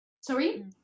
sorry